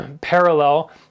parallel